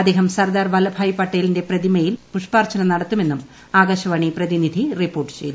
അദ്ദേഹം സർദാർ വല്ലഭായി പട്ടേലിന്റെ പ്രതിമയിൽ പുഷ്പാർച്ചന നടത്തുമെന്നും ആകാശവാണി പ്രതിനിധി റിപ്പോർട്ട് ചെയ്തു